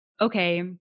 okay